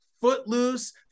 footloose